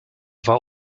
war